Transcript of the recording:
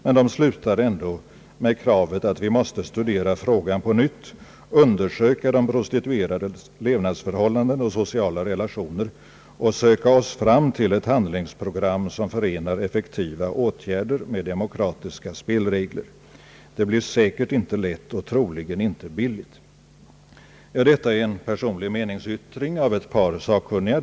Men de slutar ändå med kravet: Vi måste studera frågan på nytt, undersöka de prostituerades levnadsförhållanden och sociala relationer och söka oss fram till ett handlingsprogram som förenar effektiva åtgärder med demokratiska spelregler. Det blir säkert inte lätt och troligen inte billigt. Detta är en personlig meningsyttring av eti par sakkunniga.